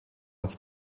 als